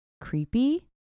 creepy